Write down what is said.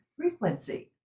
frequency